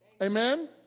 Amen